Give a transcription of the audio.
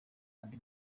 andi